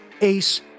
ace